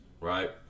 right